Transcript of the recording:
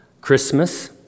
Christmas